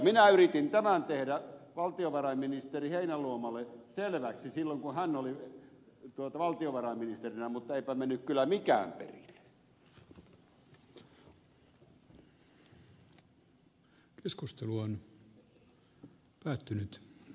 minä yritin tämän tehdä valtiovarainministeri heinäluomalle selväksi silloin kun hän oli valtiovarainministerinä mutta eipä mennyt kyllä mikään perille